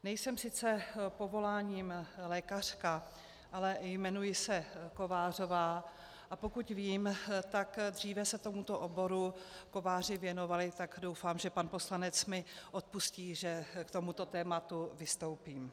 Nejsem sice povoláním lékařka, ale jmenuji se Kovářová, a pokud vím, tak dříve se tomuto oboru kováři věnovali, tak doufám, že mi pan poslanec odpustí, že k tomuto tématu vystoupím.